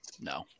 No